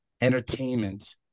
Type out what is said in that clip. entertainment